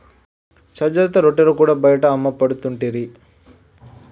సజ్జలతో రొట్టెలు కూడా బయట అమ్మపడుతుంటిరి